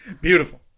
Beautiful